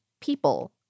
people